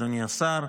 אדוני השר,